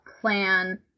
plan